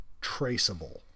traceable